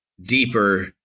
deeper